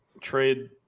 trade